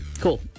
Cool